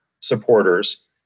supporters